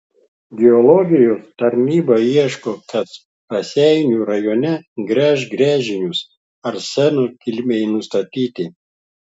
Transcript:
geologijos tarnyba ieško kas raseinių rajone gręš gręžinius arseno kilmei nustatyti